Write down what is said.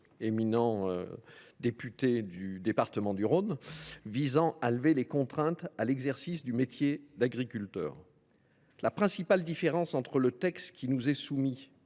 notre vote de la proposition de loi visant à lever les contraintes à l’exercice du métier d’agriculteur. La principale différence entre le texte qui nous est soumis